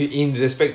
oh